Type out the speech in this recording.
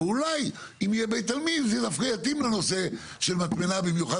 אבל אולי אם יהיה בית עלמין זה דווקא יתאים נושא של מטמנה במיוחד